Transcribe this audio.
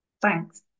Thanks